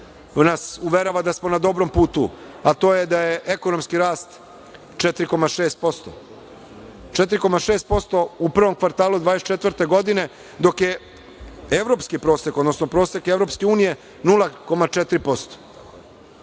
nas uverava da smo na dobrom putu, a to je da je ekonomski rast 4,6% u prvom kvartalu 2024. godine, dok je evropski prosek, odnosno prosek Evropske unije 0,4%.